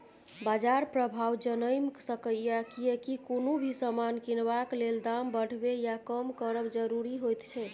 बाजार प्रभाव जनैम सकेए कियेकी कुनु भी समान किनबाक लेल दाम बढ़बे या कम करब जरूरी होइत छै